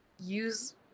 use